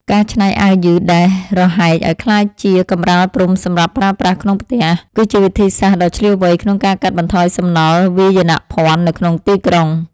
ការច្នៃអាវយឺតដែលរហែកឱ្យក្លាយជាកម្រាលព្រំសម្រាប់ប្រើប្រាស់ក្នុងផ្ទះ គឺជាវិធីសាស្ត្រដ៏ឈ្លាសវៃក្នុងការកាត់បន្ថយសំណល់វាយនភណ្ឌនៅក្នុងទីក្រុង។